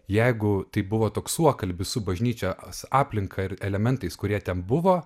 jeigu tai buvo toks suokalbis su bažnyčios aplinka ir elementais kurie ten buvo